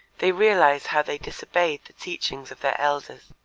they realize how they disobeyed the teachings of their elders.